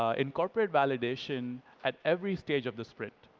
ah incorporate validation at every stage of the sprint.